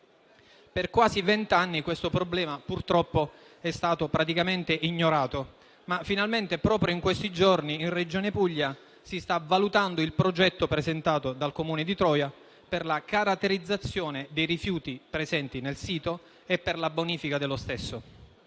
Per quasi vent'anni questo problema, purtroppo, è stato praticamente ignorato, ma finalmente proprio in questi giorni in Regione Puglia si sta valutando il progetto presentato dal Comune di Troia per la caratterizzazione dei rifiuti presenti nel sito e per la bonifica dello stesso.